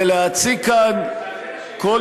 ולהציג כאן, תענה על השאלה.